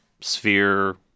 sphere